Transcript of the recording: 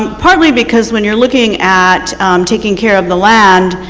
and probably because when you are looking at taking care of the land,